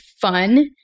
fun